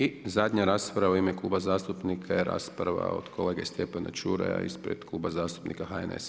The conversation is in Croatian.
I zadnja rasprava u ime Kluba zastupnika je rasprava od kolege Stjepana Čuraja ispred Kluba zastupnika HNS-a.